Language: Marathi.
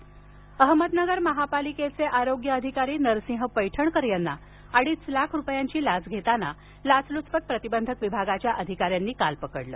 लाच अहमदनगर महानगरपालिकेचे आरोग्य अधिकारी नरसिंह पैठणकर यांना अडीच लाख रुपयांची लाच घेताना लाचलूचपत प्रतिबंधक विभागाच्या अधिकाऱ्यांनी काल रंगेहात पकडले